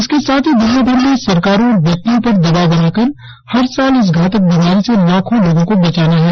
इसके साथ ही दुनियाभर में सरकारों और व्यक्तियों पर दबाव बनाकर हर साल इस घातक बीमारी से लाखों लोगों को बचाना है